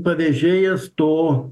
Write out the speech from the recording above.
pavėžėjas to